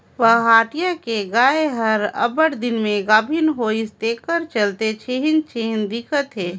पहाटिया के गाय हर अब्बड़ दिन में गाभिन होइसे तेखर चलते छिहिल छिहिल दिखत हे